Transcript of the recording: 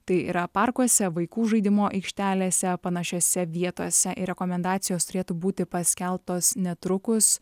tai yra parkuose vaikų žaidimo aikštelėse panašiose vietose ir rekomendacijos turėtų būti paskelbtos netrukus